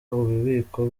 ububiko